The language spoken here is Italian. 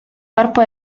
corpo